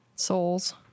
souls